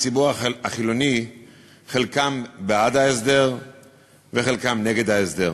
מהציבור החילוני חלקם בעד ההסדר וחלקם נגד ההסדר.